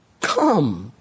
come